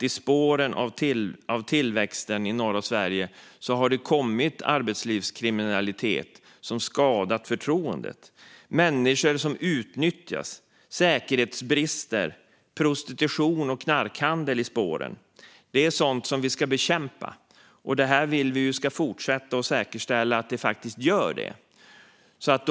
I spåren av tillväxten i norra Sverige har det kommit arbetslivskriminalitet som skadat förtroendet. Människor utnyttjas. Det är säkerhetsbrister, prostitution och knarkhandel. Det är sådant som vi ska bekämpa. Vi vill att detta ska fortsätta, och vi vill säkerställa att det faktiskt gör det.